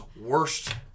worst